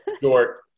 short